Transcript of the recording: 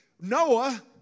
Noah